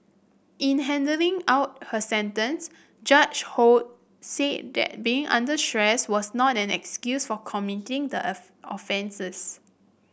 in handing out her sentence Judge Ho said that being under stress was not an excuse for committing the offences